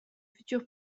futur